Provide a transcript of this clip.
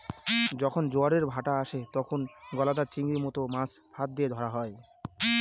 যখন জোয়ারের ভাঁটা আসে, তখন গলদা চিংড়ির মত মাছ ফাঁদ দিয়ে ধরা হয়